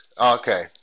okay